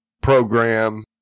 program